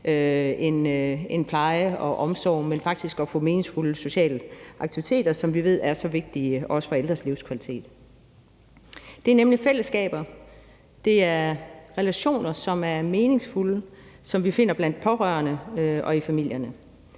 om pleje og omsorg, men om faktisk at få meningsfulde sociale aktiviteter, som vi ved er så vigtige, også for ældres livskvalitet. Det er nemlig fællesskaber, og det er relationer, som er meningsfulde, som vi finder blandt pårørende og i familierne.